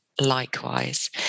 Likewise